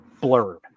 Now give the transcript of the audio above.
blurred